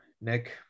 Nick